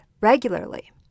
regularly